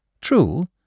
True